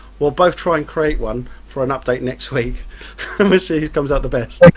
we'll both try and create one for an update next week and we'll see whose comes out the best.